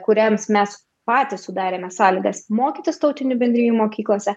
kuriems mes patys sudarėme sąlygas mokytis tautinių bendrijų mokyklose